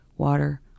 Water